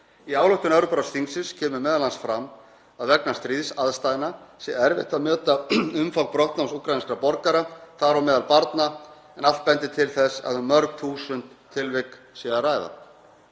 Í ályktun Evrópuráðsþingsins kemur m.a. fram að vegna stríðsaðstæðna sé erfitt að meta umfang brottnáms úkraínskra borgara, þar á meðal barna, en allt bendi til þess að um mörg þúsund tilvik sé að ræða.